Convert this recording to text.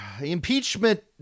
Impeachment